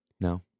No